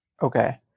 Okay